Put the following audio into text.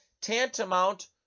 tantamount